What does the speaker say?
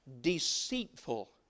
deceitful